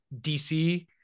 DC